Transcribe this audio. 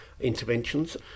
interventions